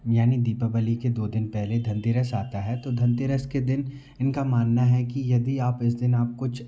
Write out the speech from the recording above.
यानी दीपाबली के दो दिन पहले धनतेरस आता है तो धनतेरस के दिन इनका मानना है कि यदि आप इस दिन आप कुछ